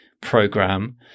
program